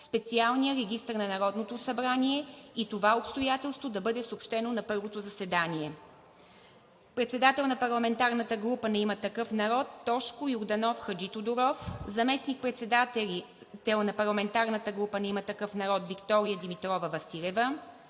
специалния регистър на Народното събрание и това обстоятелство да бъде съобщено на първото заседание. Председател на парламентарната група „Има такъв народ“: Тошко Йорданов Хаджитодоров, заместник-председатели на парламентарната група „Има такъв народ“: Виктория Димитрова Василева;